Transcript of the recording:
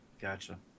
gotcha